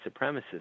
supremacists